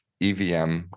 evm